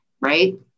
right